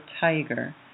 Tiger